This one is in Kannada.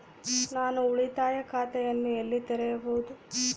ನಾನು ಉಳಿತಾಯ ಖಾತೆಯನ್ನು ಎಲ್ಲಿ ತೆರೆಯಬಹುದು?